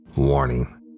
warning